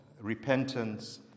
repentance